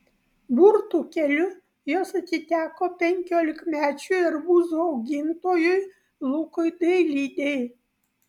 burtų keliu jos atiteko penkiolikmečiui arbūzų augintojui lukui dailidei